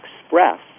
express